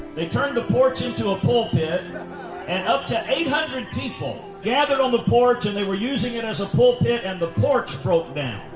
they turned the porch into a pulpit yeah and up to eight hundred people gathered on the porch and they were using it as a pulpit and the porch broke down.